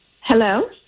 Hello